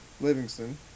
Livingston